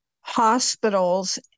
hospitals